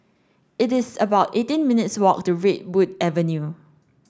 it is about eighteen minutes' walk to Redwood Avenue